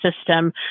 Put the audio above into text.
system